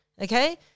okay